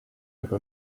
aga